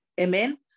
Amen